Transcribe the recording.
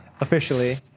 officially